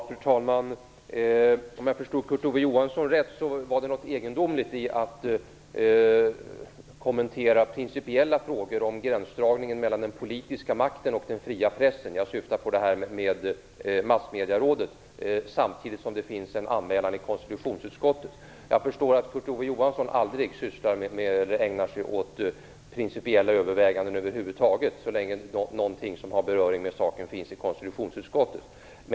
Fru talman! Om jag förstod Kurt Ove Johansson rätt låg det något egendomligt i att kommentera principiella frågor om gränsdragningen mellan den politiska makten och den fria pressen - jag syftar på massmedierådet - samtidigt som det finns en anmälan i konstitutionsutskottet. Jag förstår att Kurt Ove Johansson aldrig ägnar sig åt principiella överväganden över huvud taget så länge ett ärende som har beröring med saken finns i konstitutionsutskottet.